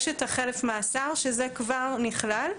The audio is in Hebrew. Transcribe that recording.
יש את חלף המאסר שזה כבר נכלל.